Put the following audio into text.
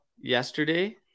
yesterday